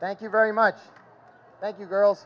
thank you very much thank you girls